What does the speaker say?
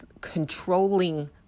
controlling